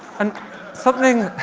and something.